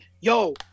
yo